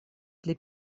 для